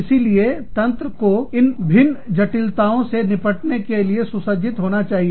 इसीलिए तंत्र को इन विभिन्न जटिलताओं से निपटने के लिए सुसज्जित होना चाहिए